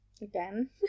again